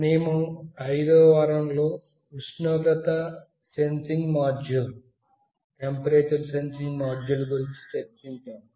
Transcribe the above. మేము 5 వ వారంలో ఉష్ణోగ్రత సెన్సింగ్ మాడ్యూల్ గురించి చర్చించాము